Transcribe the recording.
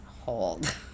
hold